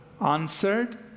answered